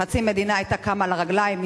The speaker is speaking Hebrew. חצי מדינה היתה קמה על הרגליים,